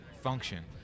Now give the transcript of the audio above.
function